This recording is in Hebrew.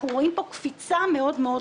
אנחנו רואים פה קפיצה מאוד גדולה.